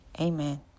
Amen